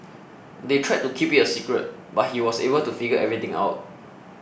they tried to keep it a secret but he was able to figure everything out